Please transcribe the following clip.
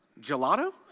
Gelato